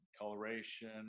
coloration